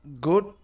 good